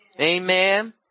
Amen